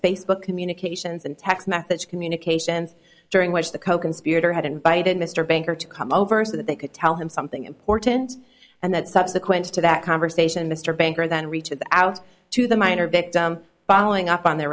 facebook communications and text message communications during which the coconspirator had invited mr banker to come over so that they could tell him something important and that subsequent to that conversation mr banker that reaches out to the minor victim following up on their